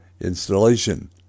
installation